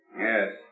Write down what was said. Yes